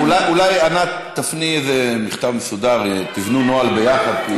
ענת, אולי תפני איזה מכתב מסודר ותבנו נוהל ביחד.